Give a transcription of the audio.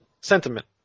sentiment